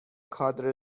کادر